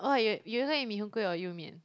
oh you you also eat mee-hoon-kway or 幼面